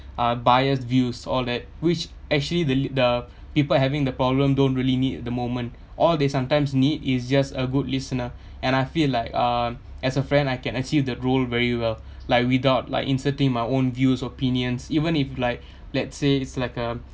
uh biased views all at which actually the li~ the people having the problem don't really need the moment all they sometimes need is just a good listener and I feel like uh as a friend I can achieve the role very well like without like inserting my own views opinions even if like let's say it's like a